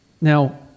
Now